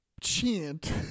chant